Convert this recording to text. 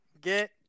get